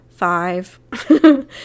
five